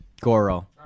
Goro